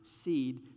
seed